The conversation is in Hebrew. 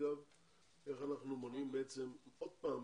איך אנחנו יכולים למנוע שיהיה עוד פעם